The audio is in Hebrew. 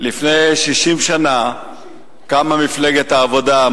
לפני 60 שנה קמה מפלגת העבודה,